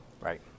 Right